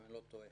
אם אני לא טועה.